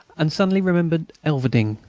and suddenly remembered. elverdinghe.